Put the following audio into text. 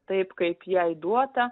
taip kaip jai duota